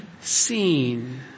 seen